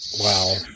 Wow